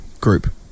group